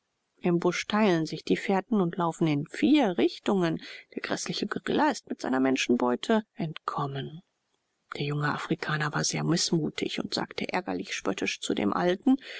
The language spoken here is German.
im busch teilen sich die fährten und laufen in vier richtungen der gräßliche gorilla ist mit seiner menschenbeute entkommen der junge afrikaner war sehr mißmutig und sagte ärgerlich spöttisch zu dem alten